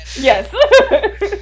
yes